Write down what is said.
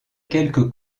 quelques